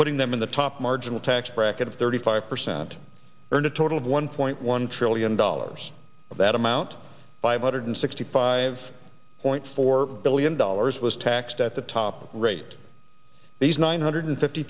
putting them in the top marginal tax bracket of thirty five percent earn a total of one point one trillion dollars of that amount five hundred sixty five point four billion dollars was taxed at the top rate these nine hundred fifty